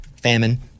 Famine